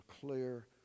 clear